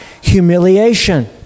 Humiliation